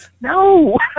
no